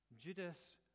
Judas